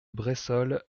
bressolles